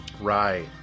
Right